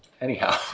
Anyhow